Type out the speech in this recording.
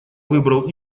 выбрал